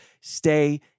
stay